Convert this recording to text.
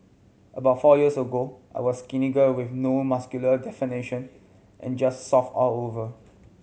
about four years ago I was a skinny girl with no muscle definition and just soft all over